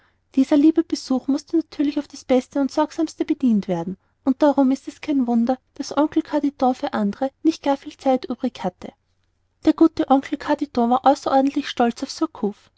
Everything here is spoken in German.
dieser liebe besuch mußte natürlich auf das beste und sorgsamste bedient werden und darum ist es kein wunder daß oncle carditon für andere nicht gar viel zeit übrig hatte der gute oncle carditon war außerordentlich stolz auf